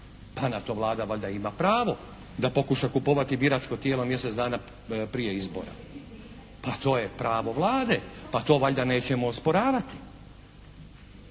Pa na to Vlada valjda ima pravo da pokuša kupovati biračko tijelo mjesec dana prije izbora. Pa to je pravo Vlade. Pa to valjda nećemo osporavati.